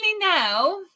now